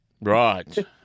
Right